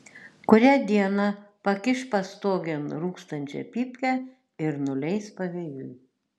kurią dieną pakiš pastogėn rūkstančią pypkę ir nuleis pavėjui